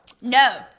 No